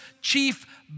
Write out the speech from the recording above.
chief